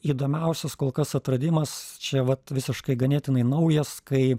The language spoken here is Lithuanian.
įdomiausias kol kas atradimas čia vat visiškai ganėtinai naujas kai